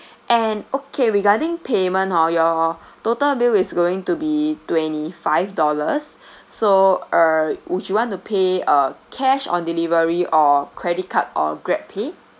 and okay regarding payment hor your total bill is going to be twenty five dollars so uh would you want to pay uh cash on delivery or credit card or GrabPay